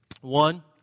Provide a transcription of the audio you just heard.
One